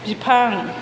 बिफां